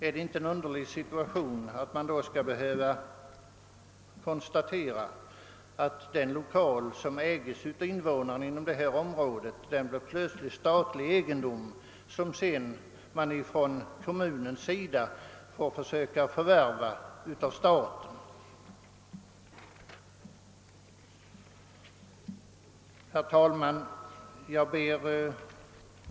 Är det inte en underlig situation när man då behöver konstatera att den lokal som ägs av invånarna i detta område plötsligt blir statlig egendom, som kommunen sedan får försöka förvärva av staten? Herr talman!